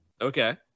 Okay